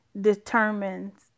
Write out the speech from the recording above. determines